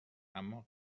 اما